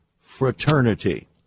fraternity